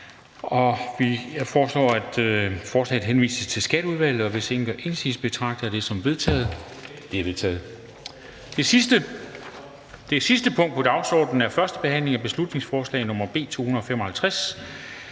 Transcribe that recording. Jeg foreslår, at forslaget henvises til Skatteudvalget. Hvis ingen gør indsigelse, betragter jeg det som vedtaget. Det er vedtaget. --- Det sidste punkt på dagsordenen er: 25) 1. behandling af beslutningsforslag nr. B 255: